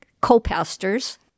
co-pastors